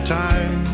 time